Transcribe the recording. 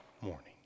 morning